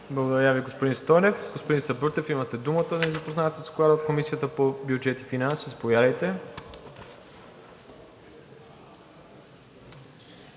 Благодаря Ви, господин Стойнев. Господин Сабрутев, имате думата да ни запознаете с Доклада от Комисията по бюджет и финанси – заповядайте.